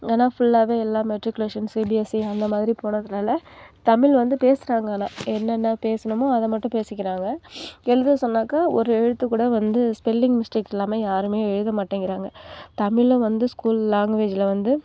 ஆனால் ஃபுல்லாவே எல்லா மெட்ரிக்குலேசன்ஸ் சிபிஎஸ்சி அந்த மாதிரி போனதுனால் தமிழ் வந்து பேசுகிறாங்க ஆனால் என்னென்ன பேசணுமோ அதை மட்டும் பேசிக்கிறாங்க எழுத சொன்னாக்கா ஒரு எழுத்து கூட வந்து ஸ்பெல்லிங் மிஸ்டேக் இல்லாமல் யாருமே எழுத மாட்டேங்கிறாங்க தமிழ் வந்து ஸ்கூல் லாங்வேஜ்ல வந்து